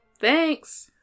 thanks